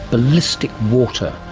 ballistic water,